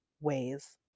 ways